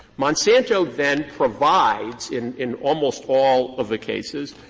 monsanto then provides in in almost all of the cases,